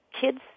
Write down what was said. kids